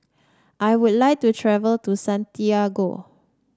I would like to travel to Santiago